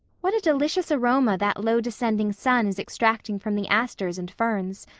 what a delicious aroma that low-descending sun is extracting from the asters and ferns.